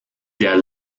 der